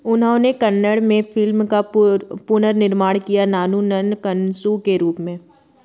उन्होंने कन्नड़ में फिल्म का पुन पुनर्निर्माण किया नानु नन्न कनसु के रूप में